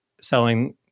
Selling